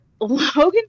Logan